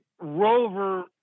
Rover